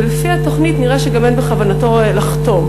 ולפי התוכנית נראה שגם אין בכוונתו לחתום.